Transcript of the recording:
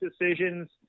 decisions